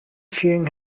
fearing